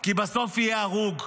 כי בסוף יהיה הרוג,